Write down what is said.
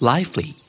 Lively